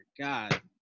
God